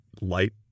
light